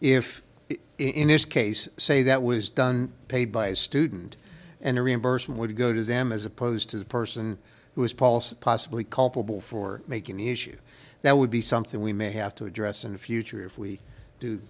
if in this case say that was done paid by a student and the reimbursement would go to them as opposed to the person who is policy possibly culpable for making the issue that would be something we may have to address in the future if we do